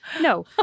No